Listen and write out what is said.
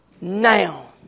now